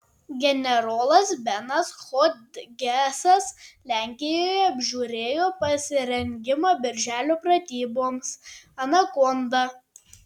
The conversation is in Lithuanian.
generolas benas hodgesas lenkijoje apžiūrėjo pasirengimą birželio pratyboms anakonda